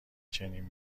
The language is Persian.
چنین